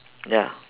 ya